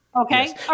Okay